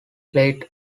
played